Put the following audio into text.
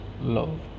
love